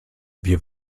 wir